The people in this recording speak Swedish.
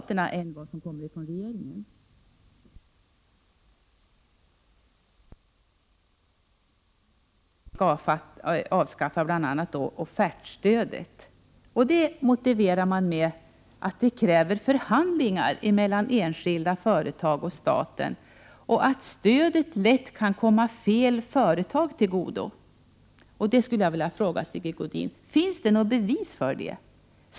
Folkpartiet fortsätter även i år med att föreslå att vi skall avskaffa offertstödet. Detta motiverar man med att det kräver förhandlingar mellan enskilda företag och staten samt att stödet lätt kan komma fel företag till godo. Jag skulle vilja fråga Sigge Godin: Finns det något bevis för det?